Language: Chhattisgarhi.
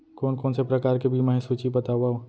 कोन कोन से प्रकार के बीमा हे सूची बतावव?